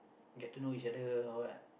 get to know each other or what